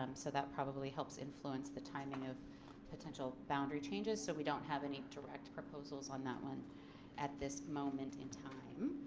um so that probably helps influence the timing of potential boundary changes so we don't have any direct proposals on that one at this moment and time.